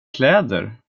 kläder